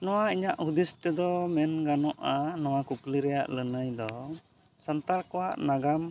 ᱱᱚᱣᱟ ᱤᱧᱟᱹᱜ ᱦᱩᱫᱤᱥ ᱛᱮᱫᱚ ᱢᱮᱱ ᱜᱟᱱᱚᱜᱼᱟ ᱱᱚᱣᱟ ᱠᱩᱠᱞᱤ ᱨᱮᱱᱟᱜ ᱞᱟᱹᱱᱟᱹᱭ ᱫᱚ ᱥᱟᱱᱛᱟᱲ ᱠᱚᱣᱟᱜ ᱱᱟᱜᱟᱢ